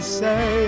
say